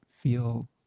feel